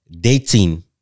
dating